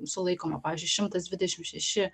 sulaikoma pavyzdžiui šimtas dvidešim šeši